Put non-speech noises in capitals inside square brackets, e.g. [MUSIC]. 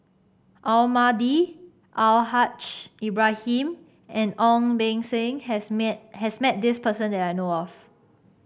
Almahdi Al Haj Ibrahim and Ong Beng Seng has [UNINTELLIGIBLE] has met this person that I know of